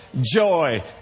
joy